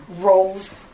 rolls